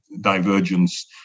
divergence